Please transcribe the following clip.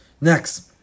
Next